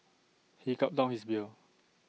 he gulped down his beer